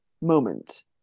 moment